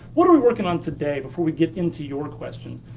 what are we working on today, before we get into your questions?